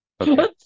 Okay